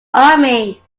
army